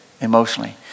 emotionally